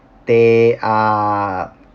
they are